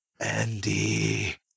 Andy